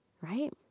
Right